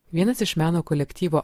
vienas iš meno kolektyvo